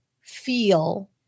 feel